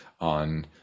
on